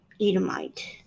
Edomite